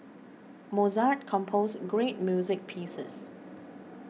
Mozart composed great music pieces